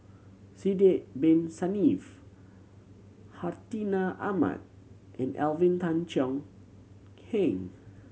Sidek Bin Saniff Hartinah Ahmad and Alvin Tan Cheong Kheng